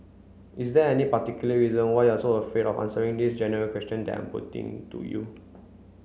is there any particular reason why are so afraid of answering this general question that I'm putting to you